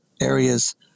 areas